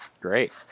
Great